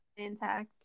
intact